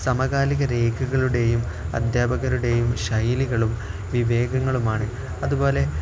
സമകാലിക രേഖകളുടെയും അദ്ധ്യാപകരുടെയും ശൈലികളും വിവേകങ്ങളുമാണ് അതുപോലെ